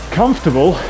comfortable